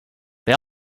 they